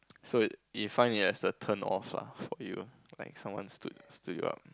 so it you find it as a turn off lah for you like someone stood you up